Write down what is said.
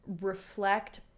reflect